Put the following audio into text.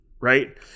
right